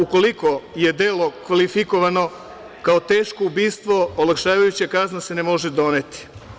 Ukoliko je delo kvalifikovano kao teško ubistvo, olakšavajuća kazna se ne može doneti.